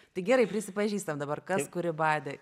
tai gerai prisipažįstam dabar kas kurį badė